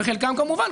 וחלקם כמובן,